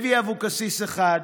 לוי אבקסיס, 1,